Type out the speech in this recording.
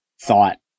thought